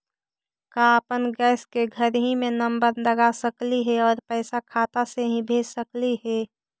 का अपन गैस के घरही से नम्बर लगा सकली हे और पैसा खाता से ही भेज सकली हे?